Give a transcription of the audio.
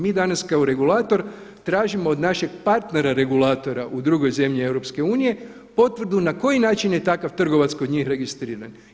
Mi danas kao regulator tražimo od našeg partnera regulatora u drugoj zemlji EU potvrdu na koji način je takav trgovac kod njih registriran.